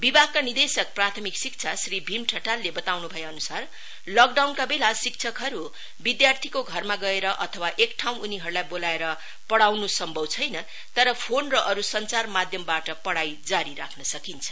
विभागका निर्देशक प्राथमिक शिक्षा श्री भीम ठटालले बताउनु भए अनुसार लकडाउनका बेला शिक्षकहरु विद्यार्थीको घरमा गएर अथवा एक ठाउँ उनीहरुलाई बोलाएर पढाउनु सम्भव छैन तर फोन र अरु संचार माध्यमबाट पढ़ाई जारी राख्न सकिन्छ